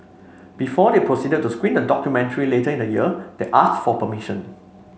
before they proceeded to screen the documentary later in the year they asked for permission